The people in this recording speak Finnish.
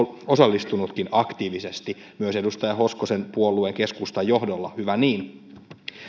osallistunutkin aktiivisesti myös edustaja hoskosen puolueen keskustan johdolla hyvä niin